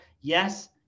Yes